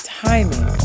timing